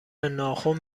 ناخن